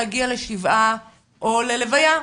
להגיע לשבעה או ללוויה,